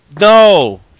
no